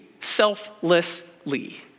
selflessly